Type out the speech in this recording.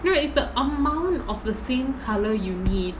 no is the amount of the same colour you need